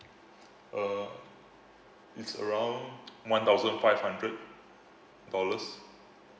uh it's around one thousand five hundred dollars